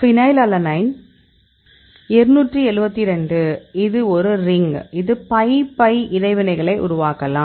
phenylalanine 272 இது ஒரு ring இது pi pi இடைவினைகளை உருவாக்கலாம்